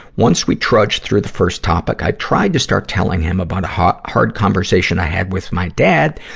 once we trudged through the first topic, i tried to start telling him about a hard hard conversation i had with my dad.